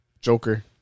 Joker